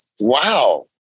Wow